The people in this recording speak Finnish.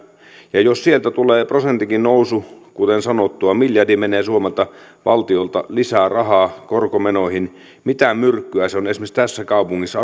ja jos sieltä tulee prosentinkin nousu kuten sanottua miljardi menee suomen valtiolta lisää rahaa korkomenoihin mitä myrkkyä se on esimerkiksi tässä kaupungissa